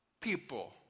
people